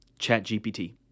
ChatGPT